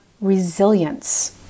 resilience